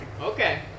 Okay